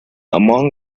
among